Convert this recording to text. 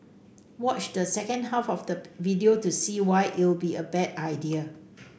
watch the second half of the video to see why it'll be a bad idea